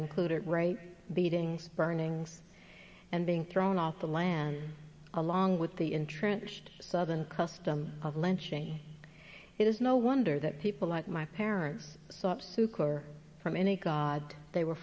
included right beatings burnings and being thrown off the land along with the entrenched southern custom of lynching it is no wonder that people like my parents saw up super from any god they were